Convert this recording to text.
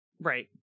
Right